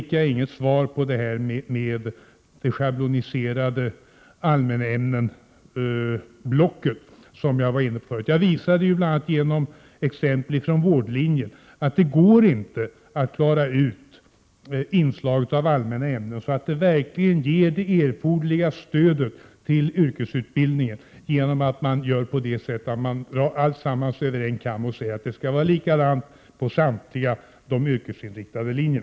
Jag fick inget svar, Lars Svensson, beträffande det schabloniserade blocket med allmänna ämnen. Jag visade förut, bl.a. genom exempel från vårdlinjen, att det inte går att ordna ett inslag av allmänna ämnen så att det verkligen ger erforderligt stöd för yrkesutbildningen om man drar allt över en kam och säger att det skall vara likadant på samtliga yrkesinriktade linjer.